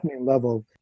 level